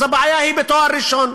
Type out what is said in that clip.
אז הבעיה היא בתואר ראשון.